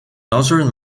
northern